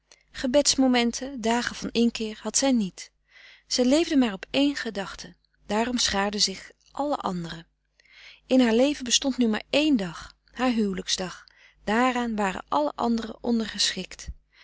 gebeds momenten dagen van inkeer had zij niet zij leefde maar op één gedachte daarom schaarden zich alle anderen in haar leven bestond nu maar één dag haar huwelijksdag daaraan waren alle anderen ondergeschikt